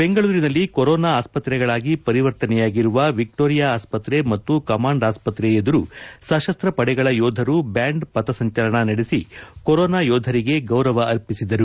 ಬೆಂಗಳೂರಿನಲ್ಲಿ ಕೊರೋನಾ ಆಸ್ಪತ್ರೆಗಳಾಗಿ ಪರಿವರ್ತನೆಯಾಗಿರುವ ವಿಕ್ಲೋರಿಯಾ ಆಸ್ಪತ್ರೆ ಮತ್ತು ಕಮಾಂಡ್ ಆಸ್ಪತ್ರೆ ಎದುರು ಸಶಸ್ತ ಪಡೆಗಳ ಯೋಧರು ಬ್ಲಾಂಡ್ ಪಥಸಂಚಲನ ನಡೆಸಿ ಕೊರೋನಾ ಯೋಧರಿಗೆ ಗೌರವ ಅರ್ಪಿಸಿದರು